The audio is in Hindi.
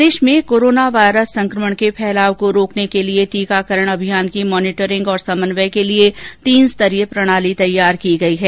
प्रदेश में कोरोना वायरस संक्रमण के फैलाव को रोकने के लिए टीकाकरण अभियान की मॉनिटरिंग और समन्वय के लिए तीन स्तरीय प्रणाली तैयार की गई है